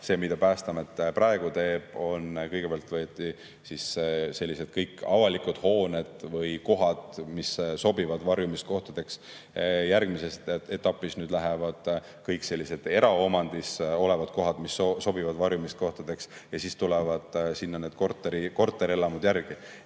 aega. Päästeamet praegu teeb seda, et kõigepealt võeti [arvele] kõik sellised avalikud hooned või kohad, mis sobivad varjumiskohtadeks. Järgmises etapis nüüd lähevad [kirja] kõik sellised eraomandis olevad kohad, mis sobivad varjumiskohtadeks, ja siis tulevad sinna need korterelamud järgi.